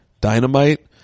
Dynamite